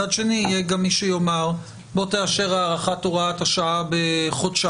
מצד שני יהיה גם מי שיאמר שנאשר הארכת הוראת השעה בחודשיים,